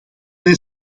mij